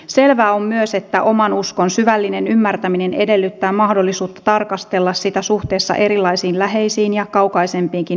selvää on myös että oman uskon syvällinen ymmärtäminen edellyttää mahdollisuutta tarkastella sitä suhteessa erilaisiin läheisiin ja kaukaisempiinkin maailmankatsomuksiin